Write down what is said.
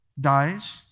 Dies